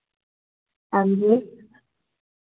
हां जी